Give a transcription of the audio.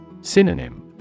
Synonym